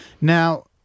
Now